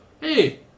Hey